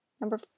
Number